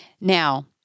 Now